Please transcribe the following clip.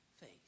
faith